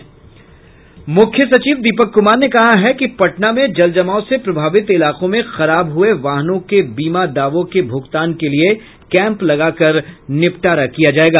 मुख्य सचिव दीपक कुमार ने कहा है कि पटना में जलजमाव से प्रभावित इलाकों में खराब हुए वाहनों के बीमा दावों के भुगतान के लिए कैंप लगाकर निबटारा किया जायेगा